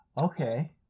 okay